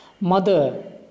Mother